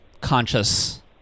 conscious